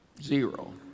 Zero